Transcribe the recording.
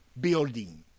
building